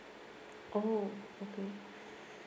oh okay